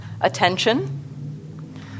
Attention